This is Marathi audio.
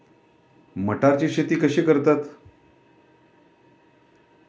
मटाराची शेती कशी करतात?